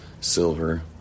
silver